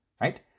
Right